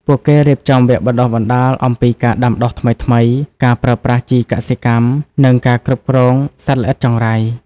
ពួកគេរៀបចំវគ្គបណ្ដុះបណ្ដាលអំពីការដាំដុះថ្មីៗ ការប្រើប្រាស់ជីកសិកម្ម និងការគ្រប់គ្រងសត្វល្អិតចង្រៃ។